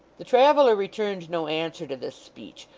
the traveller returned no answer to this speech,